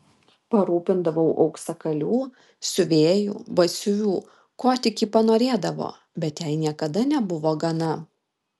parūpindavau auksakalių siuvėjų batsiuvių ko tik ji panorėdavo bet jai niekada nebuvo gana